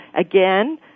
again